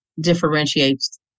differentiates